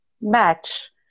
match